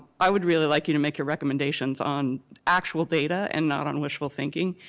i would really like you to make recommendations on actual data and not on wishful thinking.